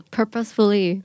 Purposefully